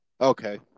Okay